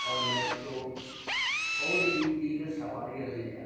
اور میٹرو اور بھی دیگر سواریاں مل جاتی ہیں